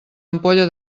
ampolla